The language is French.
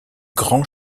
grand